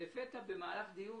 במהלך דיון